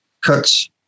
cuts